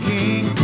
King